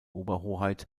oberhoheit